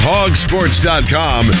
Hogsports.com